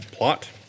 Plot